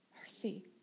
Mercy